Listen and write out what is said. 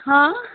हां